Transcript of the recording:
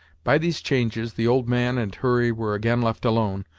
by these changes, the old man and hurry were again left alone,